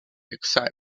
exciting